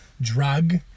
drug